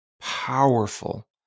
powerful